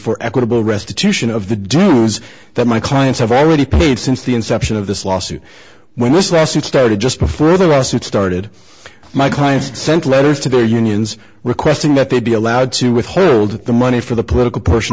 for equitable restitution of the due that my clients have already paid since the inception of this lawsuit when this last it started just before the lawsuit started my clients sent letters to their unions requesting that they be allowed to with her the money for the political p